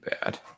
bad